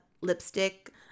lipstick